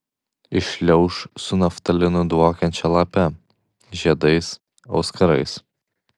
įšliauš su naftalinu dvokiančia lape žiedais auskarais